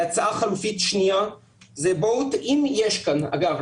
והצעה חלופית שנייה זה אם יש כאן אגב,